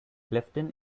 clifton